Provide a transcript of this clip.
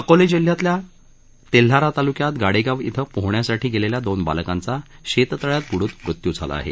अकोला जिल्ह्यातल्या तेल्हारा तालुक्यात गाडेगाव इथं पोहण्यासाठी गेलेल्या दोन बालकांचा शेततळ्यात ब्डून मृत्यू झाला आहे